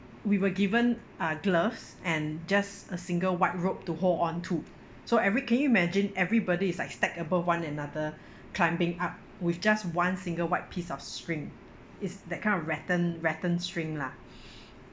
we were given uh gloves and just a single white rope to hold on to so every can you imagine everybody is like stacked above one another climbing up with just one single white piece of string is that kind of rattan rattan string lah